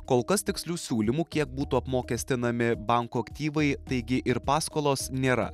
kol kas tikslių siūlymų kiek būtų apmokestinami bankų aktyvai taigi ir paskolos nėra